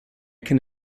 can